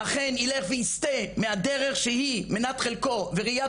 אכן ילך ויסטה מהדרך שהיא מנת חלקו וראיית